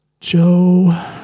Joe